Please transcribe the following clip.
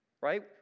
Right